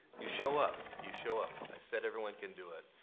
you show up. you show up. i said everyone can do it.